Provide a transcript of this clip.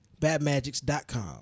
BadMagics.com